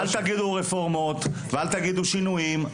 אל תגידו רפורמות ואל תגידו שינויים,